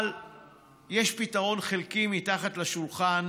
יש פתרון חלקי מתחת לשולחן,